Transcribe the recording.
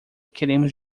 queremos